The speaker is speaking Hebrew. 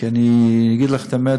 כי אני אגיד לך את האמת,